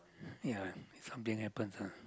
ya something happens ah